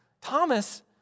Thomas